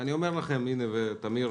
אני אומר לכם, וטמיר